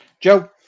Joe